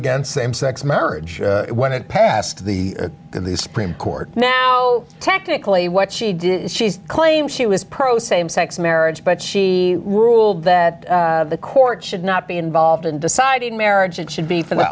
against same sex marriage when it passed the the supreme court so technically what she did she claims she was pro same sex marriage but she ruled that the court should not be involved in deciding marriage it should be for the